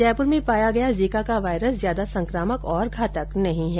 जयपुर में पाया गया जीका का वाइरस ज्यादा सकामक और घातक नहीं है